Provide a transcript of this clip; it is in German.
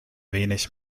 wenig